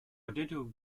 identical